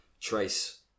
trace